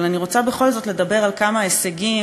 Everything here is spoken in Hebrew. אבל אני רוצה בכל זאת לדבר על כמה הישגים,